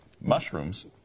mushrooms